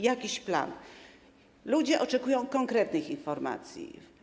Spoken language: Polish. Jakiś plan, a ludzie oczekują konkretnych informacji.